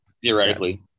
theoretically